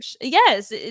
yes